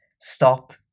stop